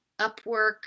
Upwork